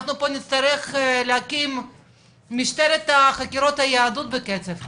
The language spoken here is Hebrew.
אנחנו פה נצטרך להקים משטרת החקירות היהדות בקצב כזה.